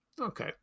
Okay